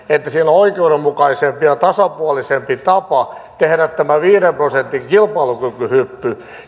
että siellä on oikeudenmukaisempi ja tasapuolisempi tapa tehdä tämä viiden prosentin kilpailukykyhyppy